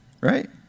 Right